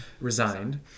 resigned